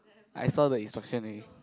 I saw the instruction already